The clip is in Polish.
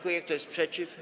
Kto jest przeciw?